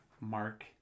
Mark